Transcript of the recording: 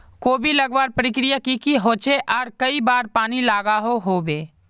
कोबी लगवार प्रक्रिया की की होचे आर कई बार पानी लागोहो होबे?